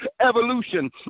evolution